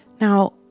Now